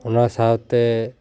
ᱚᱱᱟ ᱥᱟᱶᱛᱮ